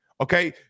Okay